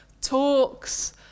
talks